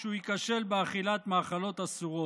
שהוא ייכשל באכילת מאכלות אסורות.